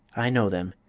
i know them.